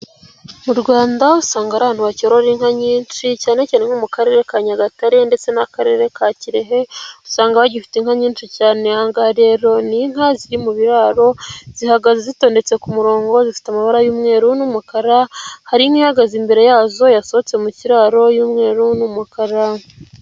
Mu Rwanda usanga ari ahantu bacyorora inka nyinshi cyanecyane mu karere ka Nyagatare ndetse n'akarere ka Kirehe, usanga bagifite inka nyinshi cyane, ahangah rero ni inka ziri mu biraro zihagaze zitonetse ku murongo zifite amabara y'umweru n'umukara, hari inka hagaze imbere yazo yasohotse mu kiraro y'umweru n'umukara.